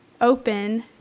open